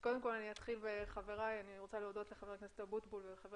אז אתחיל בחברי חבר הכנסת אבוטבול וחבר